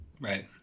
Right